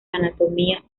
anatomía